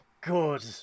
good